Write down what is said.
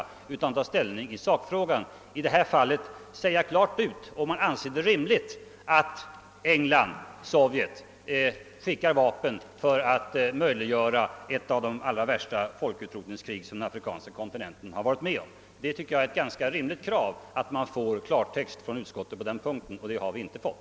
I detta fall bör riksdagen säga klart ut om den anser det rimligt att England och Sovjet skickar vapen för att möjliggöra ett av de allra värsta folkutrotningskrig som den afrikanska kontinenten varit med om. Det är ett ganska rimligt krav att man på den punkten får klartext från utskottet, men det har vi inte fått.